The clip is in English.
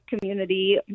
community